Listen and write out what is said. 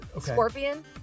Scorpion